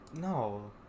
No